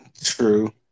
true